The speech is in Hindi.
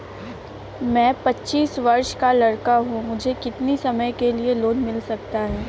मैं पच्चीस वर्ष का लड़का हूँ मुझे कितनी समय के लिए लोन मिल सकता है?